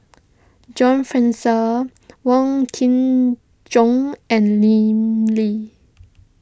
John Fraser Wong Kin Jong and Lim Lee